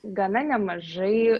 gana nemažai